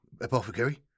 apothecary